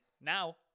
now